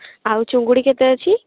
ଆଉ ଚିଙ୍ଗୁଡ଼ି କେତେ ଅଛି